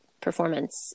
performance